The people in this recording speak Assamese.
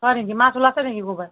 হয় নেকি মাছ ওলাইছে নেকি ক'ৰবাত